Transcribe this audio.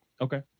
Okay